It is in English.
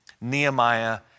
Nehemiah